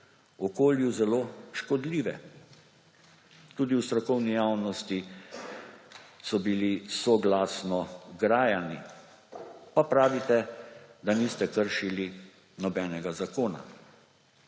okolju zelo škodljive. Tudi v strokovni javnosti so bili soglasno grajani, pa pravite, da niste kršili nobenega zakona.